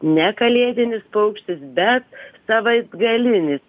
ne kalėdinis paukštis bet savaitgalinis